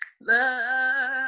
love